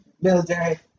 military